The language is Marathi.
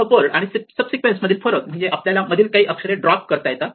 सब वर्ड आणि सब सिक्वेन्स मधील फरक म्हणजे आपल्याला मधील काही अक्षरे ड्रॉप करता येतात